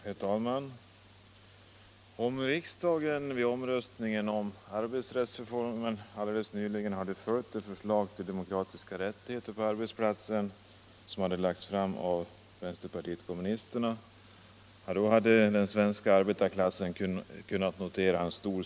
Herr talman! Om riksdagen vid den just avslutade omröstningen om arbetsrättsreformen hade följt det förslag till demokratiska rättigheter på arbetsplatserna som lagts fram av vänsterpartiet kommunisterna, då hade den svenska arbetarklassen kunnat notera en seger.